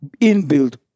inbuilt